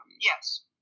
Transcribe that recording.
Yes